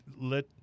let